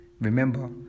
remember